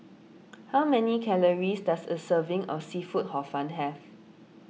how many calories does a serving of Seafood Hor Fun have